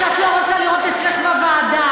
שאת לא רוצה לראות אצלך בוועדה,